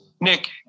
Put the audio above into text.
Nick